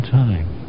time